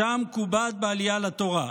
ושם כובד בעלייה לתורה.